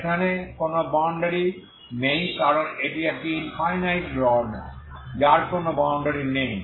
এখানে কোন বাউন্ডারি নেই কারণ এটি একটি ইনফাইনাইট রড যার কোন বাউন্ডারি নেই